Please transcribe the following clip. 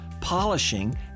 polishing